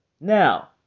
Now